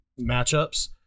matchups